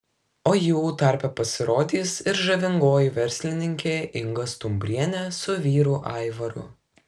o jų tarpe pasirodys ir žavingoji verslininkė inga stumbrienė su vyru aivaru